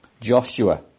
Joshua